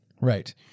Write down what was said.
Right